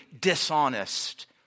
dishonest